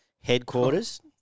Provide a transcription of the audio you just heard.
headquarters